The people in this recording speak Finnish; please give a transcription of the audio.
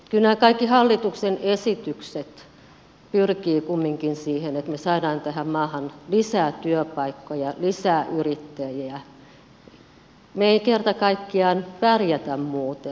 kyllä nämä kaikki hallituksen esitykset pyrkivät kumminkin siihen että me saamme tähän maahan lisää työpaikkoja lisää yrittäjiä me emme kerta kaikkiaan pärjää muuten